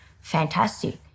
fantastic